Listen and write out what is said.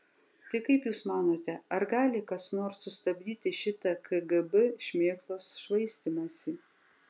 tai kaip jūs manote ar gali kas nors sustabdyti šitą kgb šmėklos švaistymąsi